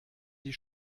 die